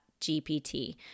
GPT